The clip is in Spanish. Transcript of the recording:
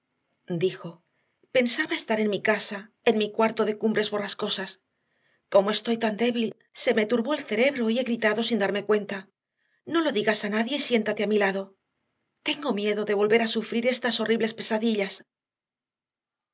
dijo pensaba estar en mi casa en mi cuarto de cumbres borrascosas como estoy tan débil se me turbó el cerebro y he gritado sin darme cuenta no lo digas a nadie y siéntate a mi lado tengo miedo de volver a sufrir estas horribles pesadillas